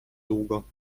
długo